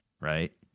right